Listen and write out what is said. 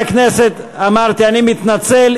הכנסת, חברי הכנסת, אמרתי: אני מתנצל.